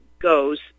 goes